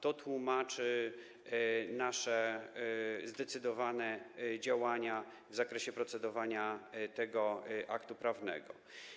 To tłumaczy nasze zdecydowane działania w zakresie procedowania tego aktu prawnego.